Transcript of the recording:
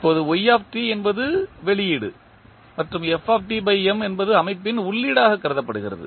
இப்போது என்பது வெளியீடு மற்றும் என்பது அமைப்பின் உள்ளீடாகக் கருதப்படுகிறது